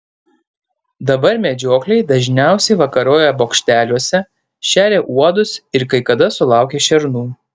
dabar medžiokliai dažniausiai vakaroja bokšteliuose šeria uodus ir kai kada sulaukia šernų